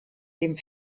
dem